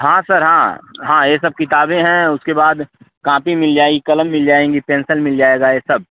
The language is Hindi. हाँ सर हाँ हाँ ये सब किताबें हैं उसके बाद कापी मिल जाएगी कलम मिल जाएँगी पेन्सल मिल जाएगा ये सब